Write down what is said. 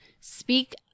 Speak